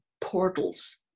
portals